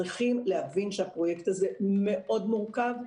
צריכים להבין שהפרויקט הזה הוא מאוד מורכב,